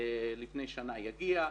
לפני שנה אכן יגיע.